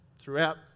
throughout